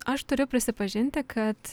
aš turiu prisipažinti kad